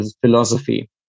philosophy